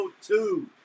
Two